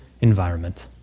environment